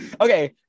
okay